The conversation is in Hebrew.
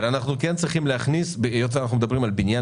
אבל אנחנו כן צריכים להכניס היות ואנחנו מדברים על בניין